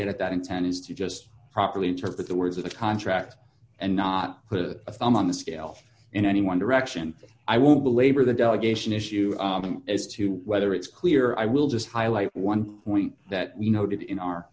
get at that intent is to just properly interpret the words of the contract and not put a thumb on the scale in any one direction i won't belabor the delegation issue as to whether it's clear i will just highlight one point that you noted in our